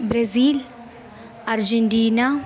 Brazil Argentina